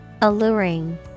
alluring